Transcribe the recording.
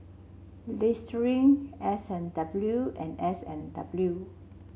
Listerine S and W and S and W